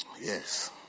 Yes